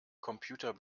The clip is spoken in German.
computer